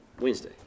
Wednesday